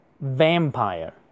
vampire